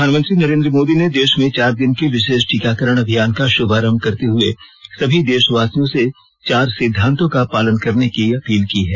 प्रधानमंत्री नरेन्द्र मोदी ने देश में चार दिन के विशेष टीकाकरण अभियान का शुभारंभ करते हए सभी देशवासियों से चार सिद्वांतों का पालन करने की अपील की है